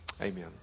Amen